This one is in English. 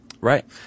Right